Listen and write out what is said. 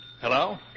Hello